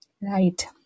Right